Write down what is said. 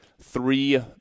three